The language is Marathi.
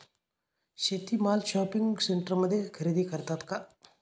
शेती माल शॉपिंग सेंटरमध्ये खरेदी करतात का?